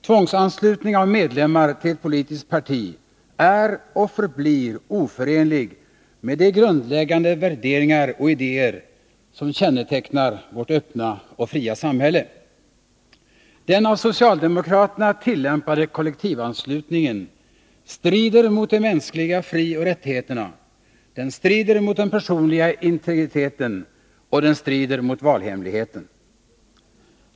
Tvångsanslutning av medlemmar till ett politiskt parti är och förblir oförenlig med de grundläggande värderingar och idéer som kännetecknar vårt öppna och fria samhälle. Den av socialdemokraterna tillämpade kollektivanslutningen strider mot de mänskliga frioch rättigheterna, den strider mot den personliga integriteten och den strider mot valhemligheten.